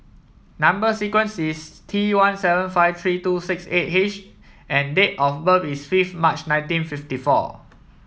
number sequence is T one seven five three two six eight H and date of birth is fifth March nineteen fifty four